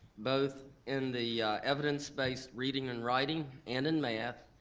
both in the evidence-based reading and writing, and in math,